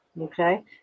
Okay